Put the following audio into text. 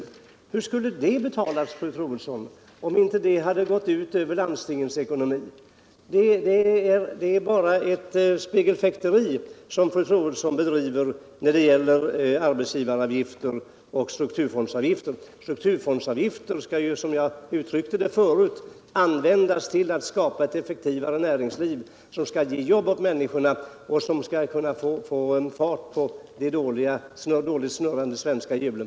Men hur skulle den betalas utan att det gick ut över landstingens ekonomi? Det är bara ett spegelfäkteri som fru Troedsson bedriver när det gäller arbetsgivaravgifter och strukturfondsavgifter. En strukturfondsavgift skulle ju, som jag uttryckte det förut, användas till att skapa ett effektivare näringsliv, som skulle ge jobb åt människorna och sätta fart på de f. n. dåligt snurrande svenska hjulen.